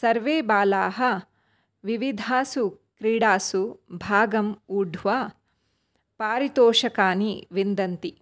सर्वे बालाः विविधासु क्रीडासु भागम् ऊढ्वा पारितोषकानि विन्दन्ति